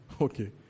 okay